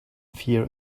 fear